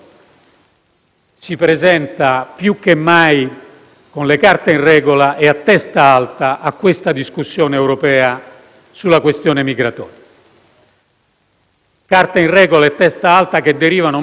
carte in regola e testa alta che derivano, molto semplicemente, dai risultati che siamo riusciti a ottenere in questo periodo. E questi risultati